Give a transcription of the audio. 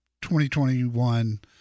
2021